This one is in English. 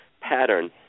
pattern